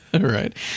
Right